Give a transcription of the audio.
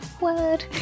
word